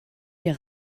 wir